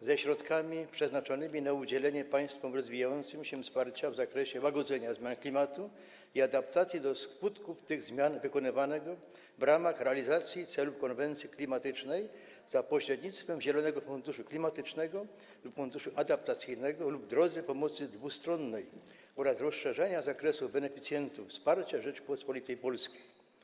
ze środkami przeznaczonymi na udzielenie państwom rozwijającym się wsparcia w zakresie łagodzenia zmian klimatu i adaptacji do skutków tych zmian wykonywanego w ramach realizacji celów konwencji klimatycznej, za pośrednictwem Zielonego Funduszu Klimatycznego lub Funduszu Adaptacyjnego, lub w drodze pomocy dwustronnej oraz rozszerzenia zakresu beneficjentów wsparcia Rzeczypospolitej Polskiej.